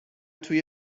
توی